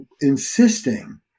insisting